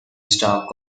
stark